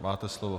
Máte slovo.